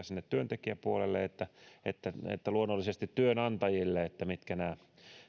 sinne työntekijäpuolelle että että luonnollisesti työnantajille myös se varmuus siitä